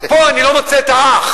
פה אני לא מוצא את האח.